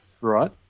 Right